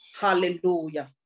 Hallelujah